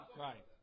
Right